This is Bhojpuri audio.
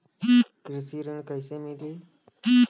कृषि ऋण कैसे मिली?